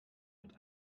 mit